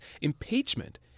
Impeachment